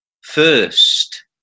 First